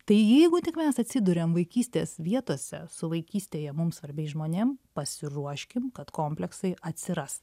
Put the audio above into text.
tai jeigu tik mes atsiduriam vaikystės vietose su vaikystėje mums svarbiais žmonėm pasiruoškim kad kompleksai atsiras